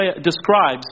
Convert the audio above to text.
describes